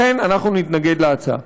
לכן אנחנו נתנגד להצעה.